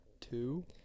two